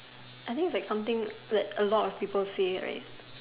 I think it's like something that a lot of people say right